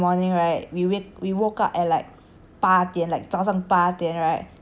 八点 like 早上八点 right just to go swim and then we just swimming